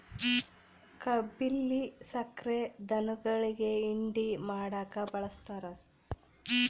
ಕಬ್ಬಿಲ್ಲಿ ಸಕ್ರೆ ಧನುಗುಳಿಗಿ ಹಿಂಡಿ ಮಾಡಕ ಬಳಸ್ತಾರ